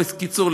בקיצור,